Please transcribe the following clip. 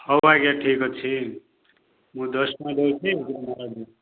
ହଉ ଆଜ୍ଞା ଠିକ୍ ଅଛି ମୁଁ ଦଶ ଟଙ୍କା ଦେଉଛି ଦୁଇଟା ମାଳ ଦିଅ